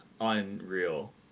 unreal